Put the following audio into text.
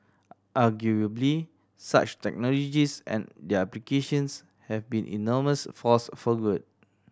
arguably such technologies and their applications have been enormous force for good